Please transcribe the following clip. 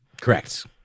Correct